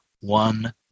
One